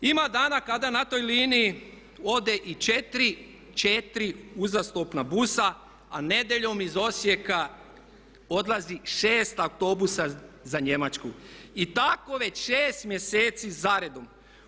Ima dana kada na toj liniji ode i 4 uzastopna busa, a nedjeljom iz Osijeka odlazi 6 autobusa za Njemačku i tako već 6 mjeseci zaredom.